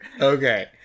Okay